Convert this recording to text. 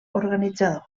organitzador